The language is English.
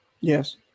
Yes